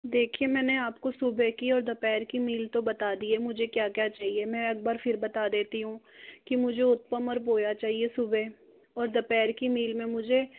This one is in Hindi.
देखिए मैंने आपको सुबह की और दोपहर की मील तो बता दी है मुझे क्या क्या चाहिए मैं एक बार फिर बता देती हूँ की मुझे उत्पम और पोहा चाहिए सुबह और दोपहर की मील में मुझे